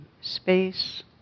space